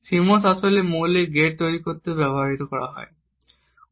CMOS আসলে মৌলিক gate তৈরি করতে ব্যবহার করা হবে